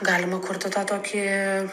galima kurti tą tokį